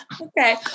Okay